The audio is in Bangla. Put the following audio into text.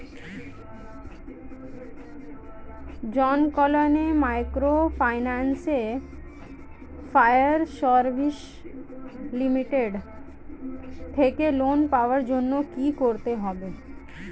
Janakalyan microfinance fire service limited থেকে লোন পাওয়ার জন্য কি করতে হবে?